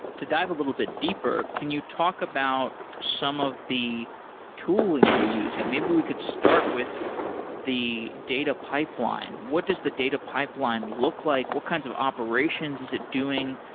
to dive a little bit deeper, can you talk about some of the tooling you're using? maybe we could start with the data pipeline. what does the data pipeline look like? what kinds of operations is it doing?